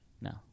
No